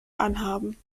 anhaben